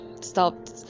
stopped